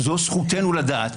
זו זכותנו לדעת.